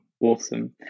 Awesome